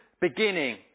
beginning